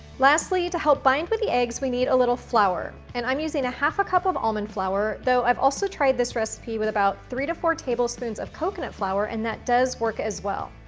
lastly, to help bind with the eggs, we need a little flour and i'm using a half a cup of almond flour, though i've also tried this recipe with about three to four tablespoons of coconut flour, and that does work as well.